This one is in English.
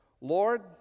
Lord